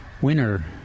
winner